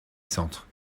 centre